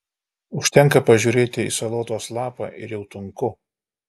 užtenka pažiūrėti į salotos lapą ir jau tunku